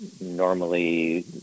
normally